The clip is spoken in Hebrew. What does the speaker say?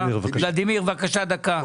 ולדימיר, בבקשה, דקה.